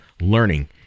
learning